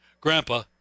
grandpa